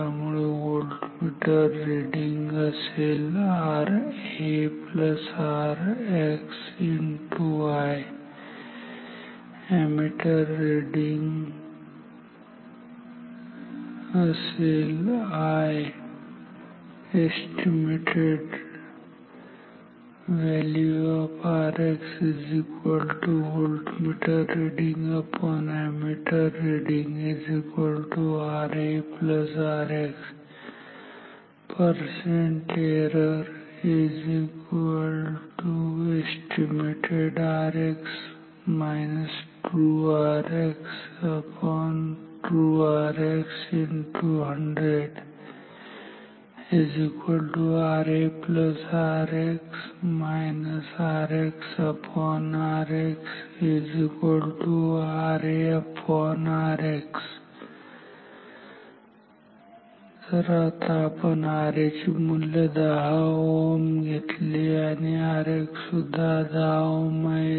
त्यामुळे voltmeter reading असेल RARX x I ammeter reading I आता जर आपण RA चे मूल्य 10 Ω घेतले आणि RX सुद्धा 10 Ω आहे